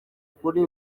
kuri